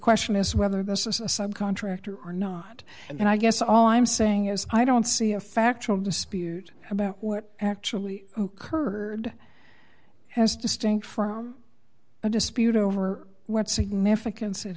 question is whether this is a subcontractor or not and i guess all i'm saying is i don't see a factual dispute about what actually occurred as distinct from a dispute over where significance it